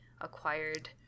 acquired